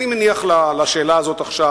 אני מניח לשאלה הזאת עכשיו,